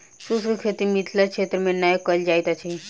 शुष्क खेती मिथिला क्षेत्र मे नै कयल जाइत अछि